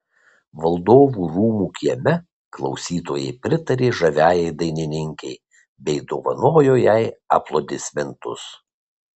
valdovų rūmų kieme klausytojai pritarė žaviajai dainininkei bei dovanojo jai aplodismentus